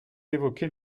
évoquez